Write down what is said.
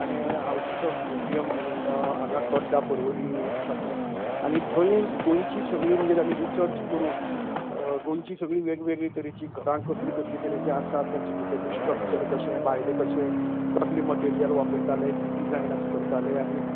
ताणी houses of museum म्हणून हांगात तोड्डा परवरीं आसा ते आनी थंय गोंयची सगळी रिसर्च करून गोंयची सगळीं वेग वेगळी तरेची घरां कसले कसले तरेचे आसात आनी तांचे भितरले स्ट्रक्चर कशें भायलें कशें कसले मटेरीयल वापरताले डिजायन करताले आनी